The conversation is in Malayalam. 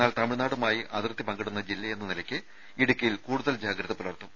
എന്നാൽ തമിഴ്നാടുമായി അതിർത്തി പങ്കിടുന്ന ജില്ലയെന്ന നിലയ്ക്ക് ഇടുക്കിയിൽ കൂടുതൽ ജാഗ്രത പുലർത്തും